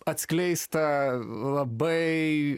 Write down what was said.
atskleista labai